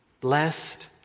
Blessed